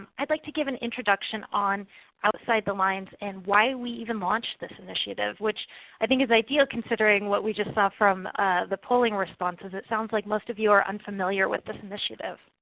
i'd like to give an introduction on outside the lines, and why we even launched this initiative which i think is ideal considering what we just saw from the polling responses. it sounds like most of you are unfamiliar with this initiative.